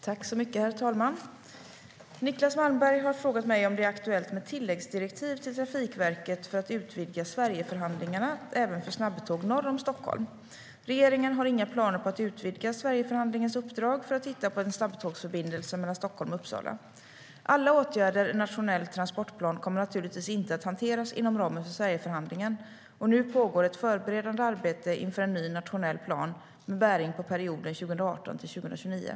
Herr talman! Niclas Malmberg har frågat mig om det är aktuellt med tilläggsdirektiv till Trafikverket för att utvidga Sverigeförhandlingarna även för snabbtåg norr om Stockholm. Regeringen har inga planer på att utvidga Sverigeförhandlingens uppdrag för att titta på en snabbtågsförbindelse mellan Stockholm och Uppsala. Alla åtgärder i Nationell transportplan kommer naturligtvis inte att hanteras inom ramen för Sverigeförhandlingen, och nu pågår ett förberedande arbete inför en ny nationell plan med bäring på perioden 2018-2029.